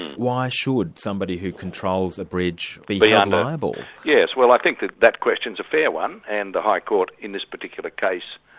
why should somebody who controls a bridge be held ah and liable? yes, well i think that that question's a fair one, and the high court in this particular case,